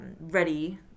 ready